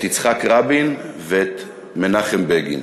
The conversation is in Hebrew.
את יצחק רבין ואת מנחם בגין.